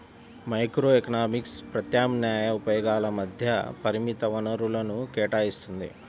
microeconomics ప్రత్యామ్నాయ ఉపయోగాల మధ్య పరిమిత వనరులను కేటాయిత్తుంది